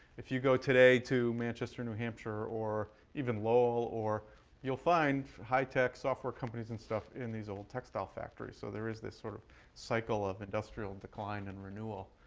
if you go today to manchester, new hampshire or even lowell, you'll find high-tech software companies and stuff in these old textile factories. so there is this sort of site all of industrial decline and renewal.